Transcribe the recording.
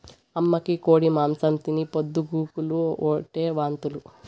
అమ్మకి కోడి మాంసం తిని పొద్దు గూకులు ఓటే వాంతులు